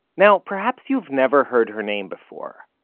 now, perhaps you've never heard her name before.